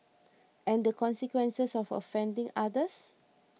and the consequence of offending others